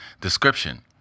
description